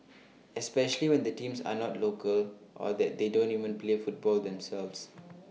especially when the teams are not local or that they don't even play football themselves